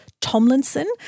Tomlinson